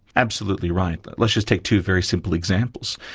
absolutely right. but let's just take two very simple examples.